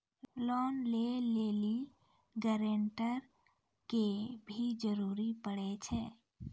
Loan लै लेली guarantor के भी जरूरी पड़ै छै?